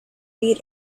read